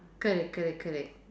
correct correct correct